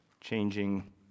changing